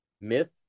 Myth